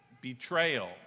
betrayal